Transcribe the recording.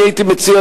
הייתי מציע,